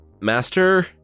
master